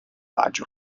agio